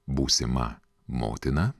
būsimą motiną